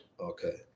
Okay